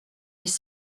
dix